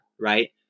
right